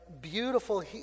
beautiful